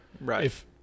Right